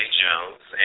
jones